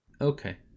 Okay